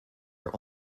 are